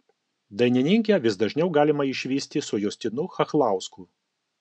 dainininkę vis dažniau galima išvysti su justinu chachlausku